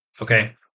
Okay